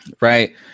Right